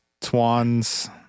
Twan's